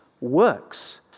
works